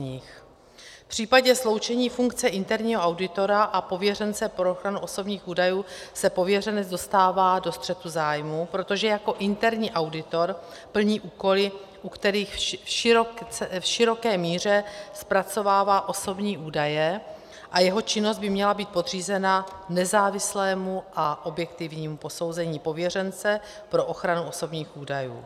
V případě sloučení funkce interního auditora a pověřence pro ochranu osobních údajů se pověřenec dostává do střetu zájmů, protože jako interní auditor plní úkoly, u kterých v široké míře zpracovává osobní údaje, a jeho činnost by měla být podřízena nezávislému a objektivnímu posouzení pověřence pro ochranu osobních údajů.